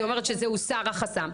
היא אומרת שזה הוסר החסם.